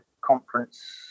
conference